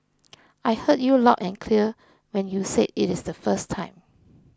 I heard you loud and clear when you said it the first time